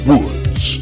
Woods